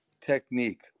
technique